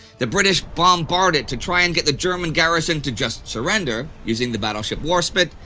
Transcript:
the british bombard it to try and get the german garrison to just surrender, using the battleship warspite,